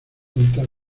cuenta